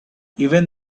even